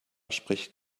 spricht